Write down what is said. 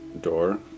door